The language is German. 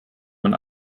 man